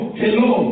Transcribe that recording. hello